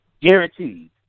guaranteed